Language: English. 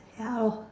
ya lor